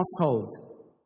household